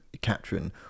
capturing